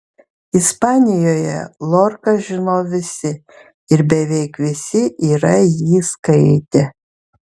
ispanijoje lorką žino visi ir beveik visi yra jį skaitę